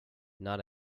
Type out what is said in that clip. not